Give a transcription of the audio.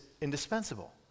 indispensable